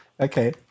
okay